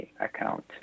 account